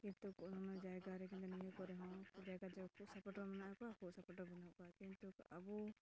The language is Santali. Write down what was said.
ᱠᱤᱱᱛᱩ ᱚᱱᱼᱚᱱᱟ ᱡᱟᱭᱜᱟ ᱨᱮ ᱠᱤᱢᱵᱟ ᱱᱤᱭᱟᱹ ᱠᱚᱨᱮ ᱦᱚᱸ ᱡᱟᱭᱜᱟ ᱡᱮ ᱥᱟᱯᱚᱴᱚᱨ ᱢᱮᱱᱟᱜ ᱠᱚᱣᱟ ᱟᱠᱚ ᱥᱟᱯᱚᱴᱚᱨ ᱵᱟᱹᱱᱩᱜ ᱠᱚᱣᱟ ᱠᱤᱱᱛᱩ ᱟᱵᱚ